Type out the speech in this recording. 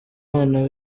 bana